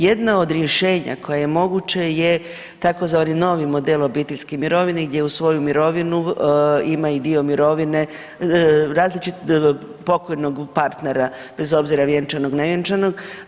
Jedna od rješenja koja je moguće je tzv. novi model obiteljske mirovine gdje uz svoju mirovinu ima i dio mirovine, različito, pokojnog partnera bez obzira vjenčanog, nevjenčanog.